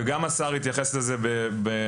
וגם השר התייחס לזה בראשית